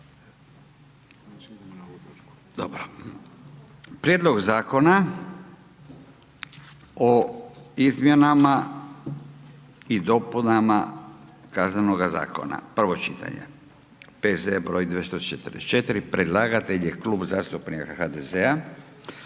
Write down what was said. Prijedlog zakona o izmjenama i dopunama Kaznenoga zakona, prvo čitanje, P.Z. br. 244 Predlagatelj je Klub zastupnika HDZ-a